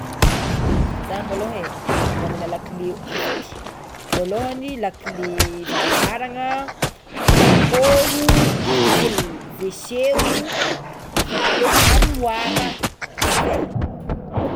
Zah malôha e magnana lakile efatra, voalohany lakile varavaragna, lakôro avakeo WC avakeo aromoara, zay.